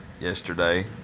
yesterday